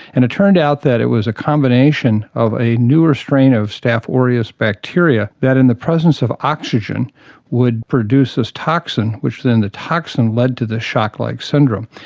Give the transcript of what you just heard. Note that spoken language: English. and it turned out that it was a combination of a newer strain of staph ah aureus bacteria that in the presence of oxygen would produce this toxin, and then the toxin led to the shock-like syndrome.